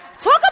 Talk